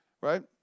right